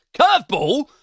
curveball